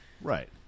Right